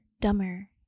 dumber